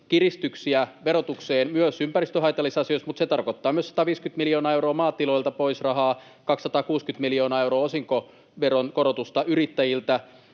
kiristyksiä verotukseen, myös ympäristöhaitallisissa asioissa, mutta se tarkoittaa myös 150:tä miljoonaa euroa maatiloilta pois rahaa, 260:tä miljoonaa euroa osinkoveron korotusta yrittäjiltä.